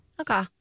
Okay